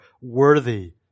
worthy